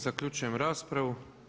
Zaključujem raspravu.